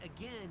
again